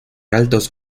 altos